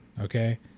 Okay